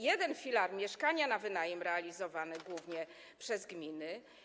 Jeden filar, mieszkania na wynajem, realizowany głównie przez gminy.